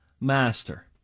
master